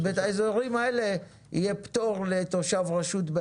באזורים האלה יהיה פטור לתושב רשות,